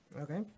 Okay